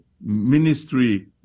ministry